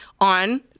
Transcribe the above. on